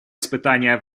испытание